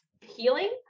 healing